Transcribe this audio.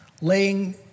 laying